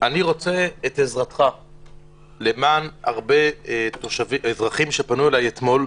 רוצה את עזרתך למען הרבה אזרחים שפנו אליי אתמול.